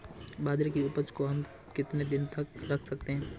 बाजरे की उपज को हम कितने दिनों तक रख सकते हैं?